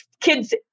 kids